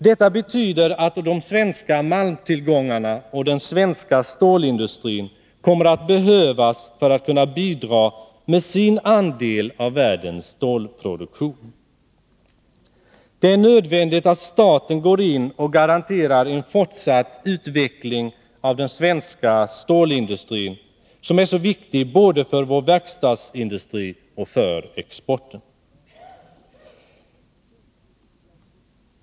Detta betyder att de svenska malmtillgångarna och den svenska stålindustrin kommer att behövas för att kunna bidra med sin andel av världens stålproduktion. Det är nödvändigt att staten går in och garanterar en fortsatt utveckling av den svenska stålindustrin, som är så viktig både för vår verkstadsindustri och för exporten.